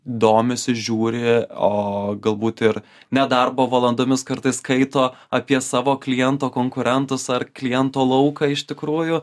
domisi žiūri o galbūt ir nedarbo valandomis kartais skaito apie savo kliento konkurentus ar kliento lauką iš tikrųjų